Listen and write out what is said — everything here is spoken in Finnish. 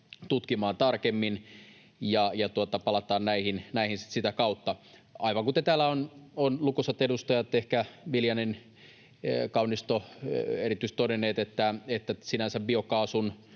tutkimaan tarkemmin, ja palataan näihin sitten sitä kautta. Aivan kuten täällä ovat lukuisat edustajat — ehkä erityisesti Viljanen, Kaunisto — todenneet, sinänsä biokaasun